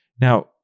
Now